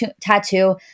tattoo